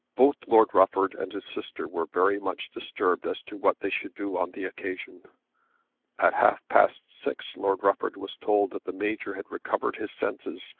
both lord rufford and his sister were very much disturbed as to what they should do on the occasion at half-past six lord rufford was told that the major had recovered his senses,